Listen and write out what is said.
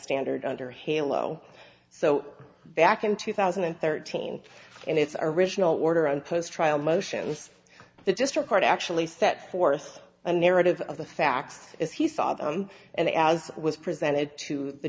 standard under halo so back in two thousand and thirteen and its original order and post trial motions the district court actually set forth a narrative of the facts as he saw them and as was presented to the